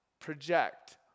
Project